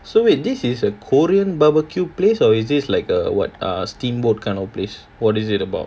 so wait this is a korean barbecue place or is this like a what err steamboat kind of place what is it about